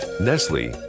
Nestle